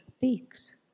peaks